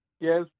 Yes